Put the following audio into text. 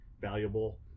valuable